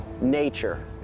nature